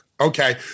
Okay